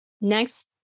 next